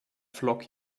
flock